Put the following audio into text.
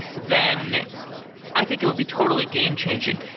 then i think it would be totally game-changing.